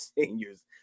seniors